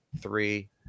three